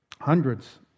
Hundreds